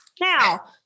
now